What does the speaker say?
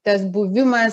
tas buvimas